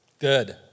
Good